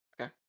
Okay